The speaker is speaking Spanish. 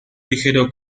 ligero